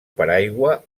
paraigua